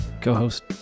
Co-host